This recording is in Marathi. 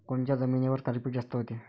कोनच्या जमिनीवर गारपीट जास्त व्हते?